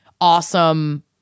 awesome